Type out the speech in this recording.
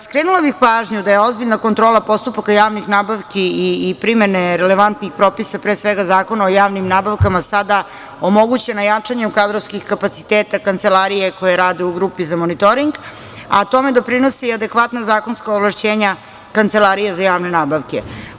Skrenula bih pažnju da je ozbiljna kontrola postupaka javnih nabavki i primene relevantnih propisa pre svega Zakona o javnim nabavkama sada omogućena jačanjem kadrovskih kapaciteta kancelarije koje rade u grupi za monitoring, a tome doprinose adekvatna zakonska ovlašćenja Kancelarije za javne nabavke.